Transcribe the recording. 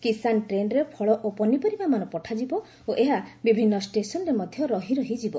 କିଶାନ୍ ଟ୍ରେନ୍ରେ ଫଳ ଓ ପନିପରିବାମାନ ପଠାଯିବ ଓ ଏହା ବିଭିନ୍ନ ଷ୍ଟେସନ୍ରେ ମଧ୍ୟ ରହି ରହି ଯିବ